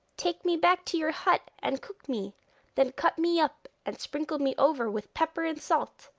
take me back to your hut and cook me then cut me up, and sprinkle me over with pepper and salt.